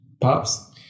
Pops